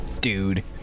Dude